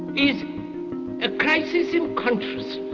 is a crisis in consciousness.